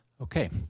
Okay